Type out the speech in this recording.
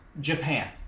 Japan